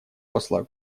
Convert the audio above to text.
посла